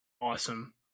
Awesome